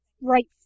right